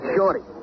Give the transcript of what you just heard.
Shorty